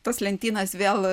tas lentynas vėl